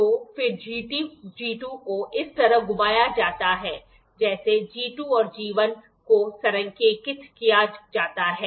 तो फिर G 2 को इस तरह घुमाया जाता है जैसे G 2 और G 1 को संरेखित किया जाता है